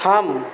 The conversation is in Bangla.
থাম